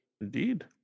Indeed